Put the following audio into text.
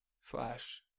slash